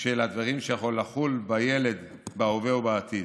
של הדברים שיכולים לחול בילד בהווה או בעתיד.